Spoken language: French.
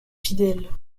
fidèles